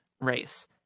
race